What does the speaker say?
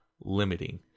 limiting